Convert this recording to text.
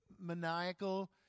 maniacal